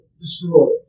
destroyed